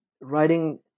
writing